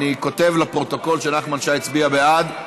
אני מודיע לפרוטוקול שנחמן שי הצביע בעד.